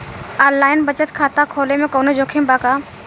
Online बचत खाता खोले में कवनो जोखिम बा का?